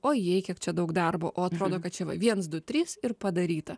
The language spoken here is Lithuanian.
o jei kiek čia daug darbo o atrodo kad čia va viens du trys ir padaryta